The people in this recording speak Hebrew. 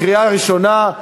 לקריאה ראשונה.